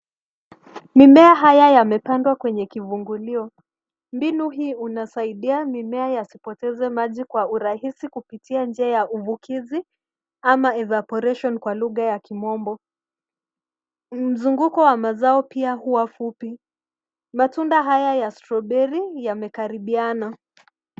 Mimea haya yamepandwa kwenye kivungulio. Mbinu hii unasaidia mimea yasipoteze maji kwa urahisi kupitia njia ya uvukizi ama evaporation kwa lugha ya kimombo. Mzunguko wa mazao pia hua fupi. Matunda haya ya stroberi yamekaribiana.